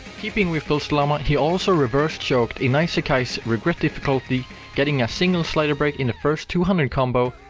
keeping with filsdelama, he also reversed choked inai sekai's regret difficulty getting a single slider break in the first two hundred combo,